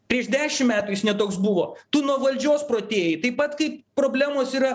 prieš dešim metų jis ne toks buvo tu nuo valdžios protėji taip pat kaip problemos yra